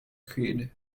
creed